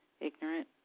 ignorant